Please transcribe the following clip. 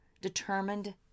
determined